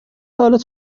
حالت